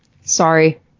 Sorry